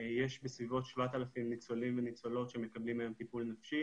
בסביבות 7,000 ניצולים וניצולות שמקבלים היום טיפול נפשי